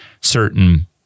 certain